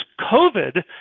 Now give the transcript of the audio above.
COVID